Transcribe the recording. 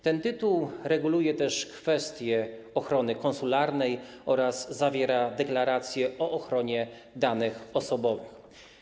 Ten tytuł reguluje też kwestie ochrony konsularnej oraz zawiera deklaracje o ochronie danych osobowych.